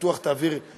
בטוח תעבירי